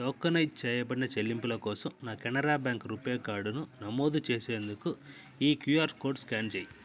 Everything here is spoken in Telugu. టోకెనైజ్ చేయబడిన చెల్లింపుల కోసం నా కెనరా బ్యాంక్ రూపే కార్డును నమోదు చేసేందుకు ఈ క్యూఆర్ కోడ్ స్క్యాన్ చేయి